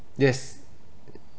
yes